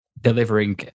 delivering